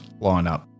lineup